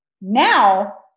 Now